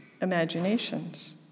imaginations